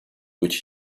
which